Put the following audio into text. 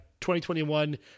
2021